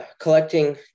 collecting